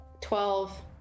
Twelve